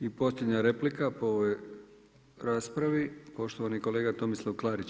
I posljednja replika po ovoj raspravi poštovani kolega Tomislav Klarić.